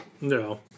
No